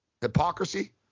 hypocrisy